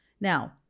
Now